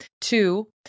Two